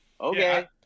okay